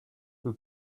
who